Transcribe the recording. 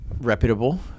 reputable